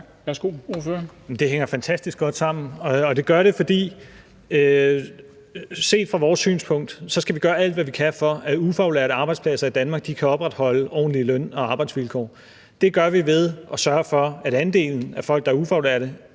det hænger fantastisk godt sammen, og det gør det, fordi det ud fra vores synspunkt er sådan, at vi skal gøre alt, hvad vi kan, for, at der for ufaglærte arbejdspladser i Danmark kan opretholdes ordentlige løn- og arbejdsvilkår. Det gør vi ved at sørge for, at andelen af folk, der er ufaglærte,